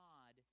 God